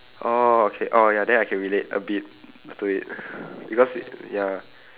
oh okay oh ya then I can relate a bit to it because it's ya